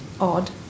odd